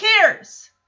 cares